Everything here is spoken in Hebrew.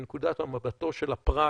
מנקודת מבטו של הפרט